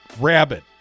rabbit